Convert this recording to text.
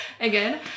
Again